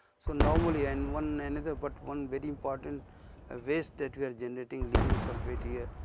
so, normally and one another, but one very important ah waste that we are generating lingo sulphate here,